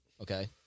Okay